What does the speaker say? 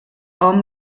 hom